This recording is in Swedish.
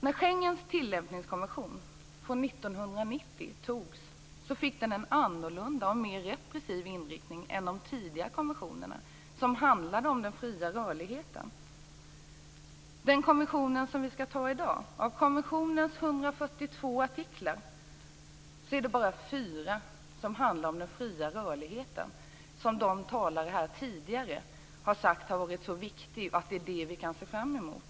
När Schengens tillämpningskonvention från 1990 togs fick den en annorlunda och mer repressiv inriktning än de tidiga konventionerna, som handlade om den fria rörligheten. Av de 142 artiklarna i den konvention som vi skall ta i dag handlar bara 4 om den fria rörligheten. Talarna här har sagt att det är så viktigt och att det är det vi kan se fram mot.